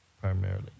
primarily